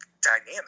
dynamic